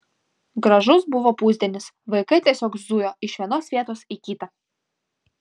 gražus buvo pusdienis vaikai tiesiog zujo iš vienos vietos į kitą